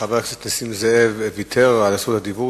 חבר הכנסת נסים זאב ויתר על זכות הדיבור